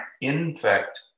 infect